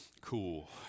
cool